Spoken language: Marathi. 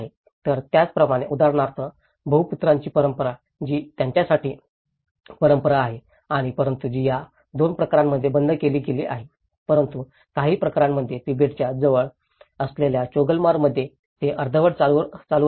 तर त्याप्रमाणे उदाहरणार्थ बहुपुत्राची परंपरा जी त्यांच्यासाठी परंपरा आहे परंतु ती या 2 प्रकरणांमध्ये बंद केली गेली आहे परंतु काही प्रकरणांमध्ये तिबेटच्या जवळ असलेल्या चोगलमसरमध्ये ते अर्धवट चालू राहिले